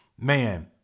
man